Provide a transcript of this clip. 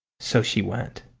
so she went.